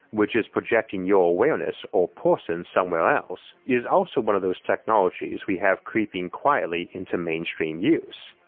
which is projecting your awareness or person somewhere else, is also one of those technologies we have creeping quietly into mainstream use.